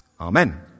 Amen